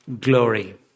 glory